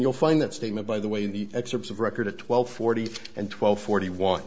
you'll find that statement by the way in the excerpts of record at twelve forty five and twelve forty one